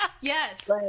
Yes